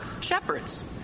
shepherds